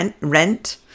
rent